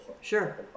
Sure